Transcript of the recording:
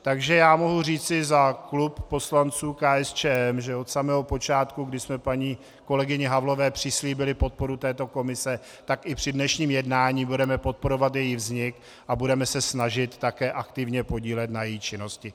Takže já mohu říci za klub poslanců KSČM, že od samého počátku, kdy jsme paní kolegyni Havlové přislíbili podporu této komise, tak i při dnešním jednání budeme podporovat její vznik a budeme se snažit také aktivně podílet na její činnosti.